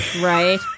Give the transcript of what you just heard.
Right